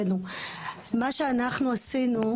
שהיא תצא מהמעגל הזה --- אני מסכימה איתך.